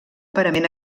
parament